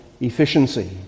efficiency